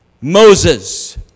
Moses